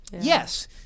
yes